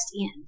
end